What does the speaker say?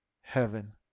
heaven